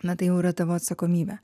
na tai jau yra tavo atsakomybė